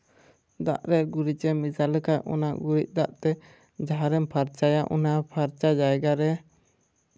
ᱫᱟᱜ ᱨᱮ ᱜᱩᱨᱤᱡ ᱮᱢ ᱢᱮᱥᱟᱞ ᱞᱮᱠᱷᱟᱡ ᱚᱱᱟ ᱜᱩᱨᱤᱡ ᱫᱟᱜ ᱛᱮ ᱡᱟᱦᱟᱸ ᱨᱮᱢ ᱯᱷᱟᱨᱪᱟᱭᱟ ᱚᱱᱟ ᱯᱷᱟᱨᱪᱟ ᱡᱟᱭᱜᱟ ᱨᱮ